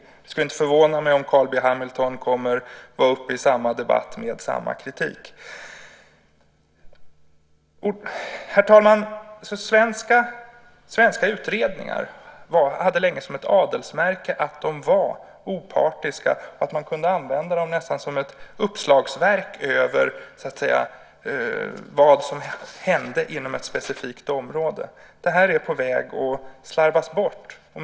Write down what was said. Det skulle inte förvåna mig om Carl B Hamilton kommer att vara uppe i samma debatt med samma kritik. Herr talman! Svenska utredningar hade länge som ett adelsmärke att de var opartiska. Man kunde nästan använda dem som ett uppslagsverk över vad som hände inom ett specifikt område. Det här är på väg att slarvas bort.